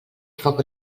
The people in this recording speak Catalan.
foc